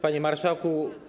Panie Marszałku!